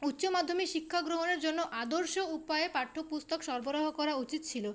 উচ্চ মাধ্যমিক শিক্ষা গ্রহণের জন্য আদর্শ উপায়ে পাঠ্যপুস্তক সরবরাহ করা উচিত ছিল